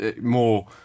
more